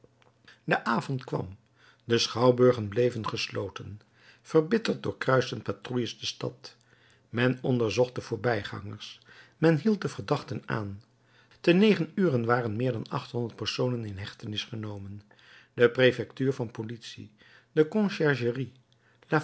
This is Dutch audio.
de avond kwam de schouwburgen bleven gesloten verbitterd doorkruisten patrouilles de stad men onderzocht de voorbijgangers men hield de verdachten aan te negen uren waren meer dan achthonderd personen in hechtenis genomen de prefectuur van politie de